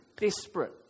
desperate